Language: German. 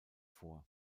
vor